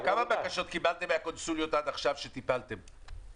כמה בקשות קבלתם מהקונסוליות עד עכשיו וטיפלתם בהם?